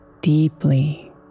deeply